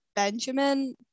Benjamin